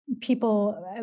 people